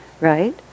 Right